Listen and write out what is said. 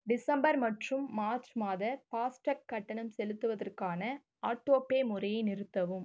December மற்றும் மார்ச் மாத ஃபாஸ்ட்டாக் கட்டணம் செலுத்துவதற்கான ஆட்டோபே முறையை நிறுத்தவும்